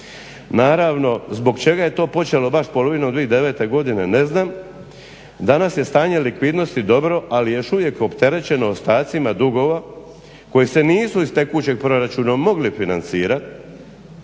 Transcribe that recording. Naravno zbog čega je to počelo baš polovinom 2009.godine? ne znam. Danas je stanje likvidnosti dobro ali je još uvijek opterećeno ostacima dugova koji se nisu iz tekućeg proračuna mogli financirati